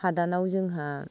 हादानाव जोंहा